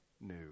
new